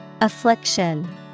Affliction